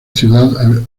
ciudad